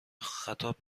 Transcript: خطاب